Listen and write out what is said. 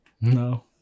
no